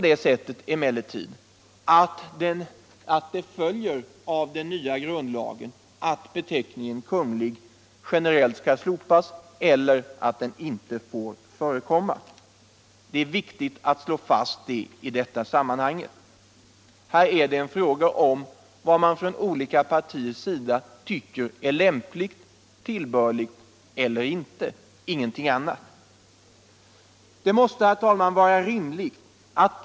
Det följer emellertid inte av den nya grundlagen att beteckningen Kunglig generellt skall slopas eller att den inte skulle få förekomma. Det är viktigt att slå fast det i detta sammanhang. Det är en fråga om vad man inom olika partier tycker är lämpligt och tillbörligt eller ej — ingenting annat.